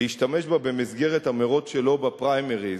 להשתמש בה במסגרת המירוץ שלו בפריימריז,